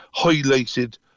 highlighted